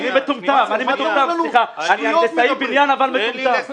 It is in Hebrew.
אני הנדסאי בניין אבל מטומטם.